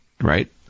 right